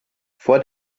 vor